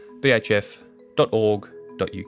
bhf.org.uk